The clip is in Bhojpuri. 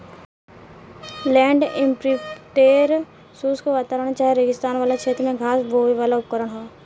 लैंड इम्प्रिंटेर शुष्क वातावरण चाहे रेगिस्तान वाला क्षेत्र में घास बोवेवाला उपकरण ह